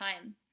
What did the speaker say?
time